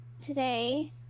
Today